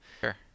Sure